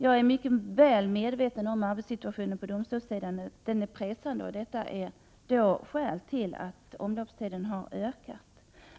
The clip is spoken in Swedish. Jag är mycket väl medveten om att arbetssituationen på domstolssidan är pressande och att det är ett skäl till att omloppstiden har ökat.